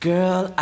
Girl